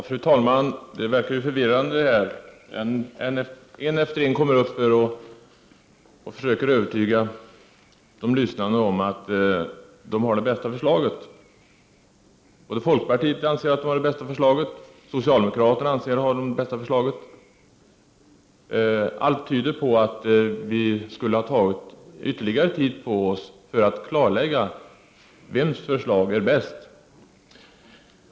Fru talman! Det verkar nästan förvirrande — en efter en kommer upp här och försöker övertyga de lyssnande om att de har det bästa förslaget — både folkpartiet och socialdemokraterna anser att de har det bästa förslaget. Allt tyder på att vi skulle ha tagit ytterligare tid på oss för att klarlägga vems förslag som är bäst.